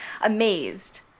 amazed